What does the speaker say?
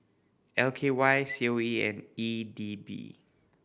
L K Y C O E and E D B